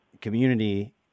community